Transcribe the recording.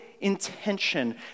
intention